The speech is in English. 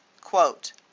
Quote